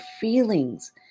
feelings